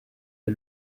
est